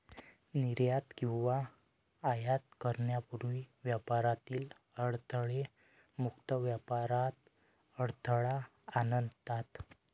निर्यात किंवा आयात करण्यापूर्वी व्यापारातील अडथळे मुक्त व्यापारात अडथळा आणतात